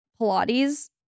Pilates